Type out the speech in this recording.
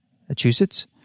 Massachusetts